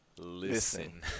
listen